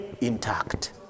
intact